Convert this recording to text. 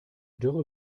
dürre